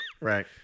right